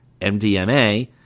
MDMA